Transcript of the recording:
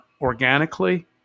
organically